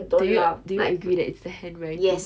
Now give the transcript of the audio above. do you do you agree it's the handwriting